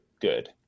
good